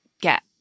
get